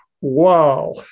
wow